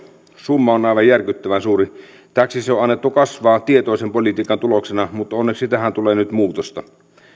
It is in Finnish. summa on aivan järkyttävän suuri tällaiseksi sen on annettu kasvaa tietoisen politiikan tuloksena mutta onneksi tähän tulee nyt muutosta